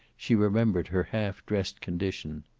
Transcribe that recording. she remembered her half-dressed condition.